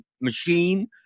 Machine